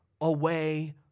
away